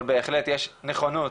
אבל בהחלט יש נכונות,